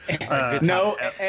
No